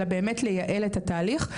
אלא באמת לייעל את התהליך.